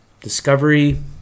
discovery